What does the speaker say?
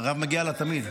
למירב תמיד מגיע.